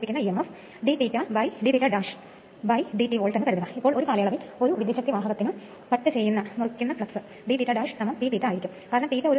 ഇത് അത്ര ബുദ്ധിമുട്ടുള്ള കാര്യമല്ല പക്ഷേ ഒന്നാം വർഷ തലത്തിൽ അടിസ്ഥാന ആവശ്യങ്ങൾക്കായി മാത്രം അറിഞ്ഞിരുന്നാൽ മതി